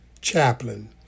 chaplain